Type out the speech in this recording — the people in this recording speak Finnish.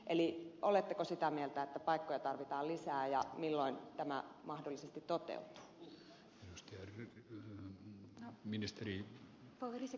eli oletteko sitä mieltä että paikkoja tarvitaan lisää ja milloin tämä mahdollisesti toteutuu